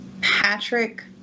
Patrick